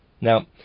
Now